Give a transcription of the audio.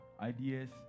ideas